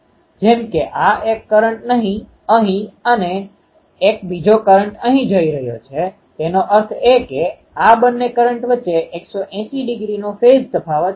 તેથી જો આ એન્ટેના I એ બિંદુ Pથી r1 અંતરે છે તો આ બીજું એન્ટેના I2 જે ક્ષેત્ર વેક્ટર Pથી r2ના અંતરે છે અને જો આપણે આ Pને X Y પ્લેનમાં પ્રોજેક્ટ કરીએ તો તે પ્રોજેક્શનનો ખૂણો ϕ છે તેનો અર્થ એ કે P એ ϕ ખૂણે છે અને અહીંથી θ છે